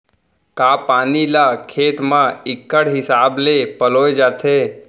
का पानी ला खेत म इक्कड़ हिसाब से पलोय जाथे?